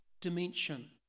dimension